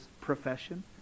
profession